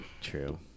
True